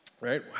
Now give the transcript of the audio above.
right